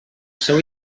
seu